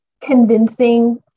convincing